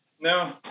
No